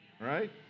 Right